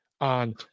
on